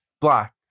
black